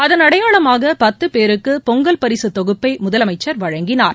அதன் அடையாளமாக பத்து பேருக்கு பொங்கல் பரிசு தொகுப்பை முதலமைச்சர் வழங்கினார்